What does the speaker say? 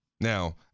Now